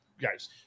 guys